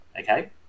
okay